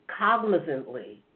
cognizantly